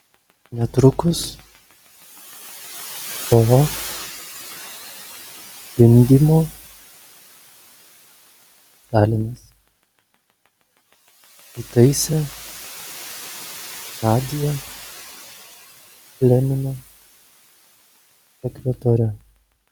netrukus po gimdymo stalinas įtaisė nadią lenino sekretore